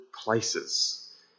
places